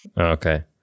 Okay